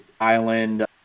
island